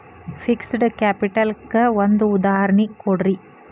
fixed capital ಕ್ಕ ಒಂದ್ ಉದಾಹರ್ಣಿ ಕೊಡ್ರಿ